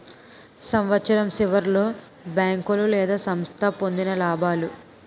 సంవత్సరం సివర్లో బేంకోలు లేదా సంస్థ పొందిన లాబాలు